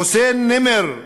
חוסיין נימר,